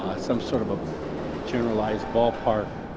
ah some sort of a generalized ballpark